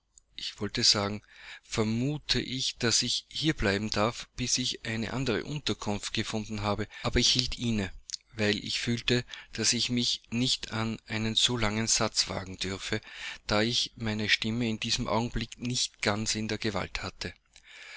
ich wollte sagen vermute ich daß ich hier bleiben darf bis ich eine andere unterkunft gefunden habe aber ich hielt inne weil ich fühlte daß ich mich nicht an einen so langen satz wagen dürfe da ich meine stimme in diesem augenblick nicht ganz in der gewalt hatte